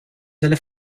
delle